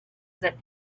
that